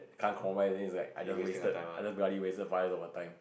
can't compromise then it's like I just wasted I just bloody wasted five years of her time